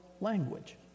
language